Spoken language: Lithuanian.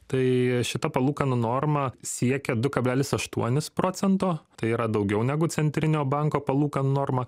tai šita palūkanų norma siekia du kablelis aštuonis procento tai yra daugiau negu centrinio banko palūkanų norma